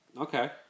Okay